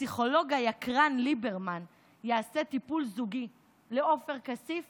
הפסיכולוג היקרן ליברמן יעשה טיפול זוגי לעופר כסיף